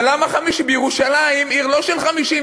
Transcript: אבל בירושלים, עיר לא של 50,000,